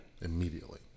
Immediately